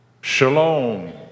shalom